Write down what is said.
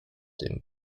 dem